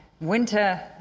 winter